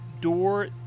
door